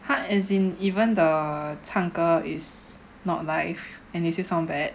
!huh! as is in even the 唱歌 is not live and they still sound bad